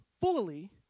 fully